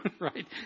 right